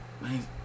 man